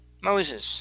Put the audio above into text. Moses